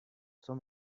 show